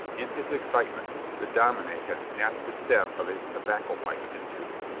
in his excitement the dominie had snapped the stem of his tobacco pipe in two.